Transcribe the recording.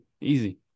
Easy